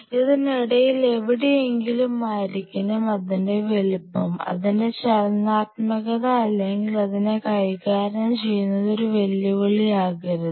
ഇതിനിടയിൽ എവിടെയെങ്കിലും ആയിരിക്കണം അതിന്റെ വലുപ്പം അതിന്റെ ചലനാത്മകത അല്ലെങ്കിൽ അതിനെ കൈകാര്യം ചെയ്യുന്നത് ഒരു വെല്ലുവിളിയാകരുത്